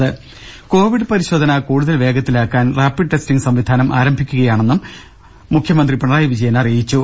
രുമ കോവിഡ് പരിശോധന കൂടുതൽ വേഗത്തിലാക്കാൻ റാപ്പിഡ് ടെസ്റ്റിങ് സംവിധാനം ആരംഭിക്കുകയാണെന്നും മുഖ്യമന്ത്രി അറിയിച്ചു